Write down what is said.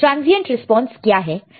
transient response क्या है